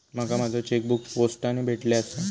माका माझो चेकबुक पोस्टाने भेटले आसा